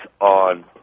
on